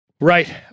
Right